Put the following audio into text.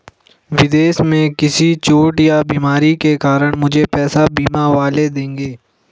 विदेश में किसी चोट या बीमारी के कारण मुझे पैसे बीमा वाले देंगे